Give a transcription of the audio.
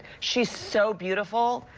she's so beautiful,